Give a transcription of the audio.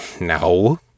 No